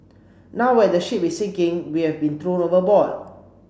now when the ship is sinking we have been thrown overboard